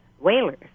whalers